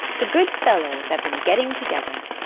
the good fellows have been getting together!